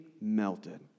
melted